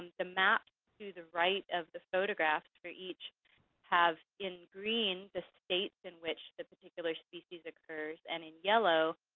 and the map to the right of the photograph for each has in green the states in which the particular species occurs and in yellow,